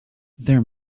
there